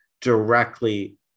directly